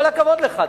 כל הכבוד לך,